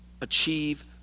Achieve